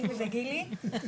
צילי וגילי,